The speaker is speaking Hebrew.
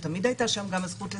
שתמיד הייתה שם גם הזכות לסביבה,